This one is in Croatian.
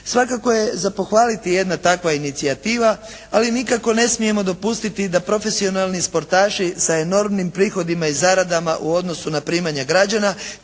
Svakako je za pohvaliti jedna takva inicijativa. Ali nikako ne smijemo dopustiti da profesionalni sportaši sa enormnim prihodima i zaradama u odnosu na primanja građana